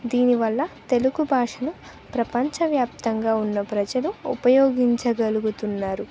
దీనివల్ల తెలుగు భాషను ప్రపంచవ్యాప్తంగా ఉన్న ప్రజలు ఉపయోగించగలుగుతున్నారు